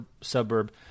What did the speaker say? suburb